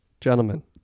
gentlemen